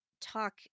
talk